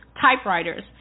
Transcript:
typewriters